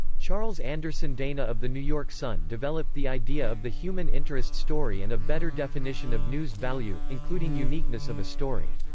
charles anderson dana of the new york sun developed the idea of the human interest story and a better definition of news value, including uniqueness of a story.